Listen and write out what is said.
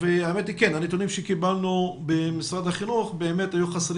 הנתונים שקיבלנו במשרד החינוך באמת היו חסר